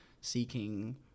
seeking